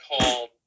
called